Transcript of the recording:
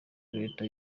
reta